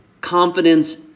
confidence